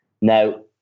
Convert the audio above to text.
Now